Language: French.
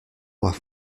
droits